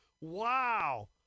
Wow